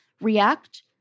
React